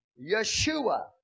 Yeshua